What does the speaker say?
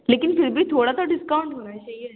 لیکن پھر بھی تھوڑا تو ڈسکاؤنٹ ہونا ہی چاہیے